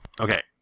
Okay